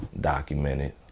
documented